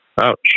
Ouch